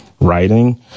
writing